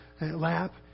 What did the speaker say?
lap